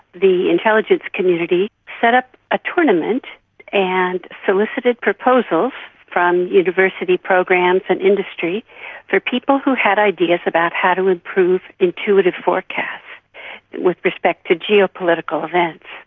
the intelligence community set up a tournament and solicited proposals from university programs and industry for people who had ideas about how to improve intuitive forecasts with respect to geopolitical events.